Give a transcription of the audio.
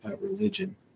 religion